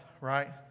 right